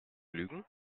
lügen